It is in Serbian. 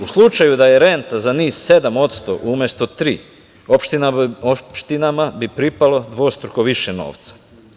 U slučaju da je renta za NIS 7% umesto 3%, opštinama bi pripalo dvostruko više novca.